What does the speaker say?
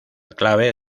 clave